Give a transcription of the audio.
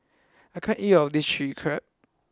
I can't eat all of this Chilli Crab